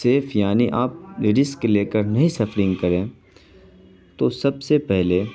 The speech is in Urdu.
سیف یعنی آپ لیڈیس کے لے کر نہیں سفرنگ کریں تو سب سے پہلے